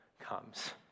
comes